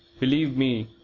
believe me,